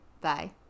bye